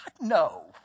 no